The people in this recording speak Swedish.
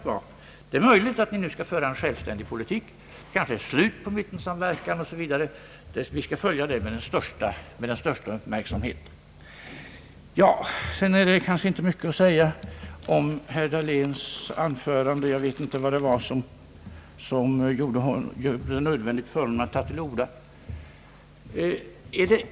Det är möjligt att ni nu kommer att föra en självständig politik och att det blir ett slut på mittensamverkan — den utvecklingen skall vi följa med den största uppmärksamhet. Det är sedan kanske inte så mycket att säga om herr Dahléns senaste anförande. Jag vet inte vad som gjorde det nödvändigt för honom att ta till orda.